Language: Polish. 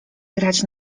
grać